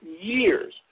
years